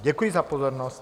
Děkuji za pozornost.